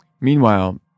Meanwhile